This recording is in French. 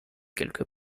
quelque